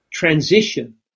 Transition